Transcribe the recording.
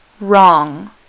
wrong